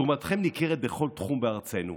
תרומתכם ניכרת בכל תחום בארצנו,